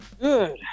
Good